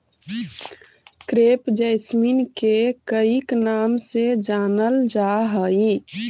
crepe jasmine के कईक नाम से जानलजा हइ